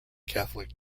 catholic